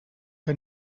que